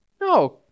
No